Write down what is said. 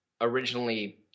originally